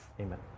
Amen